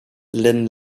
lynne